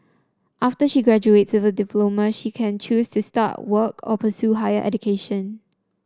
after she graduates with a diploma she can choose to start work or pursue higher education